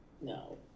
No